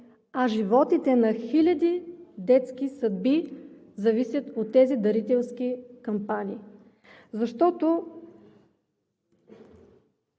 а животите на хиляди детски съдби зависят от тези дарителски кампании. Още